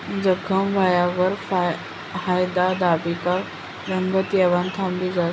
जखम व्हवावर हायद दाबी का रंगत येवानं थांबी जास